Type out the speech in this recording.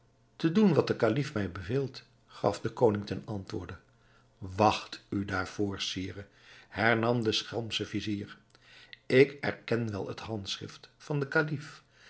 te doen wat de kalif mij beveelt gaf de koning ten antwoord wacht u daarvoor sire hernam de schelmsche vizier ik erken wel het handschrift van den kalif